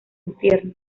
infierno